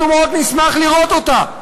אנחנו מאוד נשמח לראות אותה.